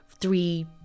three